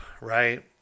right